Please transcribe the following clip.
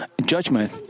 judgment